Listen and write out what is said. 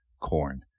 corn